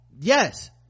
Yes